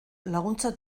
laguntza